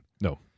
No